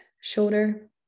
shoulder